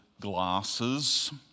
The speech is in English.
glasses